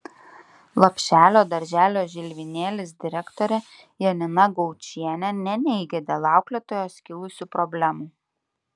lopšelio darželio žilvinėlis direktorė janina gaučienė neneigia dėl auklėtojos kilusių problemų